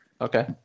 okay